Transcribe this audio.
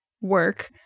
work